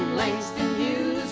langston hughes,